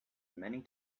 many